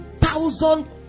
thousand